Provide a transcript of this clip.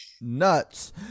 nuts